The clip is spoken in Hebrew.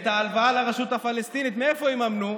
את ההלוואה לרשות הפלסטינית מאיפה יממנו?